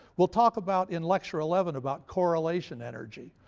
we'll talk about, in lecture eleven, about correlation energy,